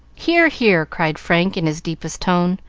hear! hear! cried frank, in his deepest tone,